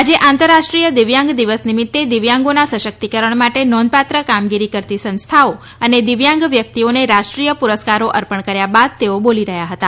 આજે આંતરરાષ્ટ્રીય દિવ્યાંગ દિવસ નિમિત્ત દિવ્યાંગોના સશક્તિકરણ માટે નોંધપાત્ર કામગીરી કરતી સંસ્થાઓ અને દિવ્યાંગ વ્યક્તિઓને રાષ્ટ્રીય પુરસ્કારો અર્પણ કર્યા બાદ તેઓ બોલી રહ્યા હતા